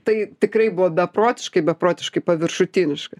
tai tikrai buvo beprotiškai beprotiškai paviršutiniška